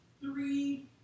three